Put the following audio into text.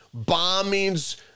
bombings